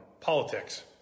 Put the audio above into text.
Politics